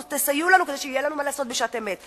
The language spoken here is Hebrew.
טוב, תסייעו לנו כדי שיהיה מה לעשות בשעת אמת.